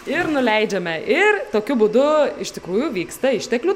ir nuleidžiame ir tokiu būdu iš tikrųjų vyksta išteklių